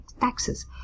taxes